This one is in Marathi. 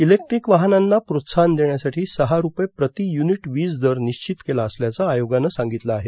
इलेक्ट्रिक वाहनांना प्रोत्साहन देण्यासाठी सहा रूपये प्रति युनिट वीज दर निश्चित केला असल्याचं आयोगानं सांगितलं आहे